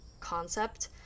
concept